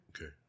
Okay